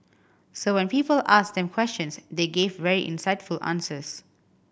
so when people asked them questions they gave very insightful answers